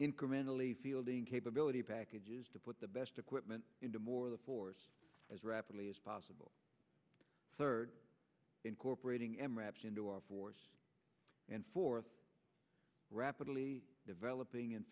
incrementally fielding capability packages to put the best equipment into more the force as rapidly as possible third incorporating em wraps into our force and forth rapidly developing and